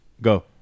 go